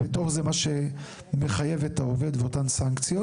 ובתוך זה מה שמחייב את העובד ואותן סנקציות.